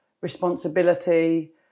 responsibility